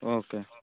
okay